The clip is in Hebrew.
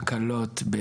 צמצמו את מוסד ההקלות,